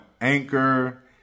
Anchor